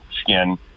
skin